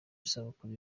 isabukuru